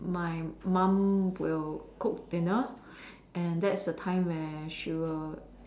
my mum will cook dinner and that's the time where she will